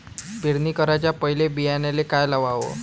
पेरणी कराच्या पयले बियान्याले का लावाव?